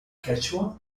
quechua